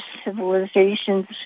civilizations